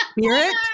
Spirit